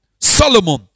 Solomon